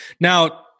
Now